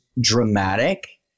dramatic